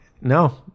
no